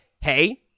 Hey